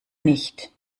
nicht